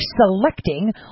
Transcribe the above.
selecting